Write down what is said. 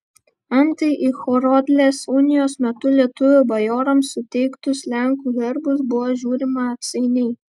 antai į horodlės unijos metu lietuvių bajorams suteiktus lenkų herbus buvo žiūrima atsainiai